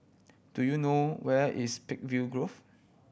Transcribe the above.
do you know where is Peakville Grove